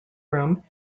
room